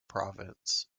province